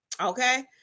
Okay